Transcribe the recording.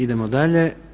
Idemo dalje.